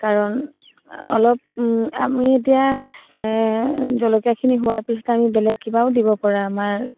কাৰণ অলপ আমি এতিয়া জলকীয়াখিনি হোৱাৰ পিছত আমি বেলেগ কিবাও দিব পৰা আমাৰ